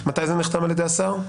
מתי זה נחתם על ידי השר?